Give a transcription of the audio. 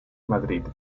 madrid